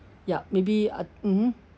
ya maybe uh mmhmm